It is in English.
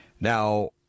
Now